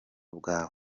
bwawe